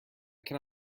can